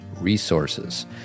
resources